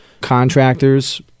Contractors